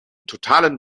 totalen